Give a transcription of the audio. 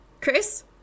Chris